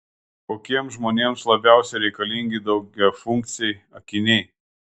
kokiems žmonėms labiausiai reikalingi daugiafunkciai akiniai